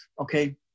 okay